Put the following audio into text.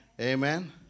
Amen